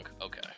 Okay